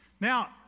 Now